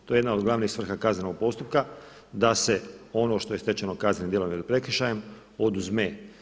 To je jedna od glavnih svrha kaznenog postupka da se ono što je stečeno kaznenim djelom ili prekršajem oduzme.